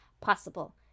possible